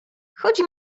chodzi